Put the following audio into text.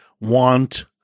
want